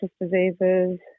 diseases